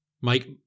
Mike